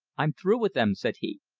i'm through with them, said he.